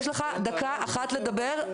יש לך דקה אחת לדבר,